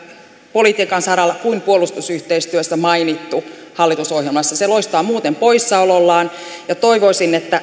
politiikan saralla kuin puolustusyhteistyössä mainittu hallitusohjelmassa se loistaa muuten poissaolollaan ja toivoisin että